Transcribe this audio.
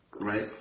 Right